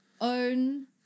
own